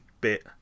bit